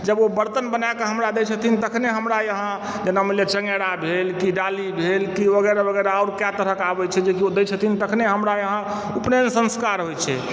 जब ओ बर्तन बनाए कऽ हमरा दै छथिन तखने हमरा यहाँ जेना मानि लिअ कि चङ्गेरा भेल कि डाली भेल कि वगैरह वगैरह आओर कए तरहक आबैत छै जे कि ओ दै छथिन तखने हमरा यहाँ उपनयन संस्कार होइत छै